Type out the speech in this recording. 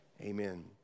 Amen